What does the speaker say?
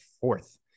fourth